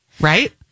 right